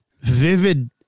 vivid